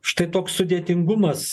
štai toks sudėtingumas